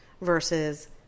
versus